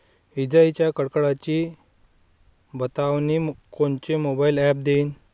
इजाइच्या कडकडाटाची बतावनी कोनचे मोबाईल ॲप देईन?